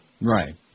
Right